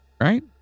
right